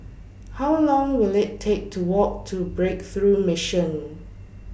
How Long Will IT Take to Walk to Breakthrough Mission